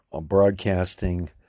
broadcasting